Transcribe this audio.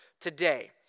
today